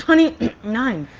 twenty nine.